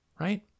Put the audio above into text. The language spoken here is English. right